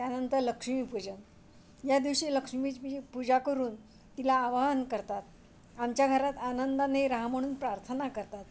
त्यानंतर लक्ष्मीपूजन या दिवशी लक्ष्मीची पूजा करून तिला आवाहन करतात आमच्या घरात आनंदाने राहा म्हणून प्रार्थना करतात